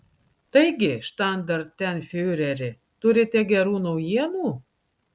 taigi štandartenfiureri turite gerų naujienų